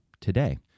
today